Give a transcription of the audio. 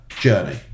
journey